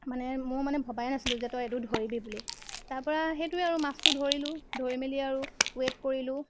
মানে মোৰ মানে ভবাই নাছিলো যে তই এইটো ধৰিবি বুলি তাৰপৰা সেইটোৱে আৰু মাছটো ধৰিলো ধৰি মেলি আৰু ৱেইট কৰিলো